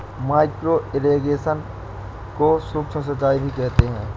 micro irrigation को सूक्ष्म सिंचाई भी कहते हैं